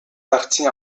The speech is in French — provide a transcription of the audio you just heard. partie